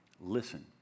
listen